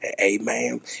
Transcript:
Amen